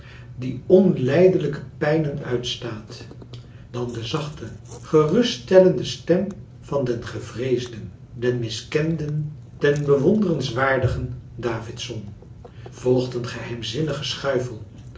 die onlijdelijke pijnen uitstaat dan de zachte geruststellende stem van den gevreesden den miskenden den bewonderenswaardigen davidson volgt een geheimzinnig